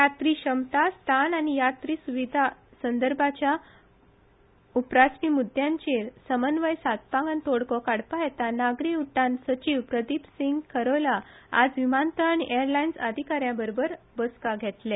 यात्री क्षमता स्थापन आनी सुविधा संदर्भांच्याल उपरासपी मुद्यांचेर समन्वय सादपाक आनी तोडगो काडपा हेतान नागरी उड्डाण सचीव प्रदीप सिंग खेडा आज विमानतळ आनी एरलायन्स अधिकाऱ्यां बरोबर आज बसका घेतले